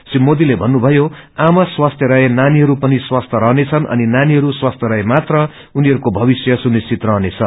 श्री मोदीले भन्नुषयो आमा स्वस्थ्य रहे नानीहरू पनि स्वास्थ्य रहनेछन् अनिनानीहय स्वस्थि रहे मात्र उनीहरूको मविष्य सुनिश्वित रहनेछ